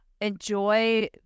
enjoy